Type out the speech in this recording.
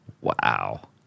Wow